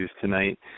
tonight